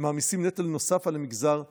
מעמיסים נטל נוסף על המגזר הפרטי,